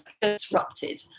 disrupted